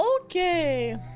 Okay